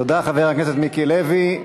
תודה, חבר הכנסת מיקי לוי.